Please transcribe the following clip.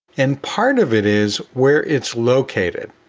and part of it is where it's located.